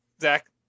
Zach